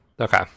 Okay